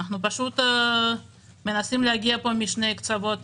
אנחנו פשוט מנסים להגיע פה משני קצוות